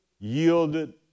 yielded